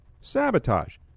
Sabotage